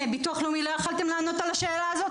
ביטוח לאומי לא יכולתם לענות על השאלה הזאת,